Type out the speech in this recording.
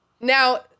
now